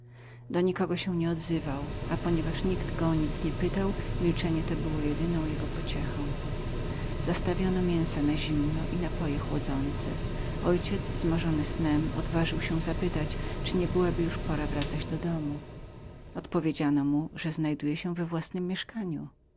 do nikogo się nie odzywał nikt go o nic nie pytał i milczenie to było jedyną jego pociechą zastawiono mięsa na zimno i chłodniki następnie mój ojciec zmorzony snem odważył się zapytać czyli nie byłaby już pora wracać do domu odpowiedziano mu że znajdował się we własnem mieszkaniu